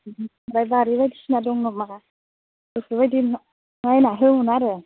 ओमफ्राय बारि बायदिसिना दं नामा बेफोर बायदि न' नायना होमोन आरो